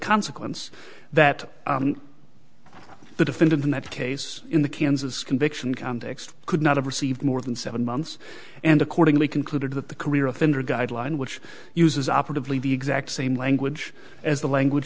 consequence that the defendant in that case in the kansas conviction context could not have received more than seven months and accordingly concluded that the career offender guideline which uses operative leave the exact same language as the language